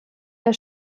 der